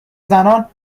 زنان